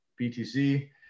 btc